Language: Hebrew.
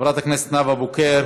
חברת הכנסת נאוה בוקר,